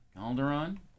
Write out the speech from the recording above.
Calderon